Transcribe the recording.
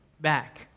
back